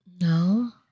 No